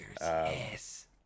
yes